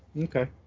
Okay